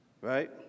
right